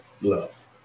love